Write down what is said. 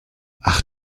ach